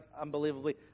unbelievably